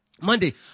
Monday